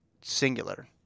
singular